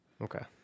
Okay